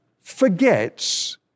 forgets